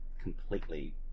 completely